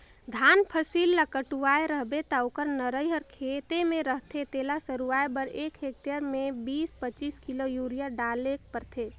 धान फसिल ल कटुवाए रहबे ता ओकर नरई हर खेते में रहथे तेला सरूवाए बर एक हेक्टेयर खेत में बीस पचीस किलो यूरिया डालेक परथे